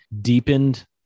deepened